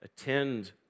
attend